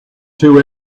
two